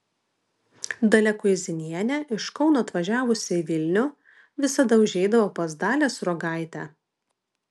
dalia kuizinienė iš kauno atvažiavusi į vilnių visada užeidavo pas dalią sruogaitę